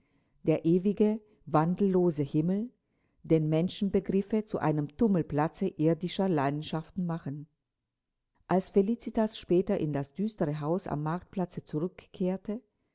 der ewige wandellose himmel den menschenbegriffe zu einem tummelplatze irdischer leidenschaften machen als felicitas später in das düstere haus am marktplatze zurückkehrte